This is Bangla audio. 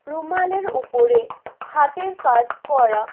রুমালের ওপরে হাতের কাজ করা